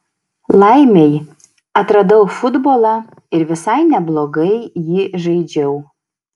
laimei atradau futbolą ir visai neblogai jį žaidžiau